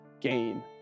gain